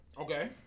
Okay